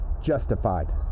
justified